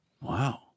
Wow